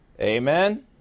Amen